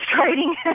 trading